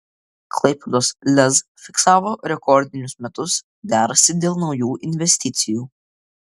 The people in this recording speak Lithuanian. klaipėdos lez fiksavo rekordinius metus derasi dėl naujų investicijų